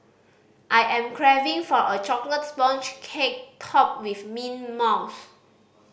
I am craving for a chocolate sponge cake topped with mint mousse